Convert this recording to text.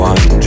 One